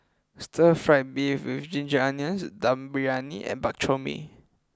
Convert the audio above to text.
Stir Fried Beef with Ginger Onions Dum Briyani and Bak Chor Mee